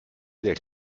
del